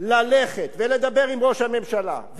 ללכת ולדבר עם ראש הממשלה,